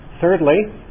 Thirdly